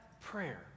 prayer